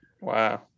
Wow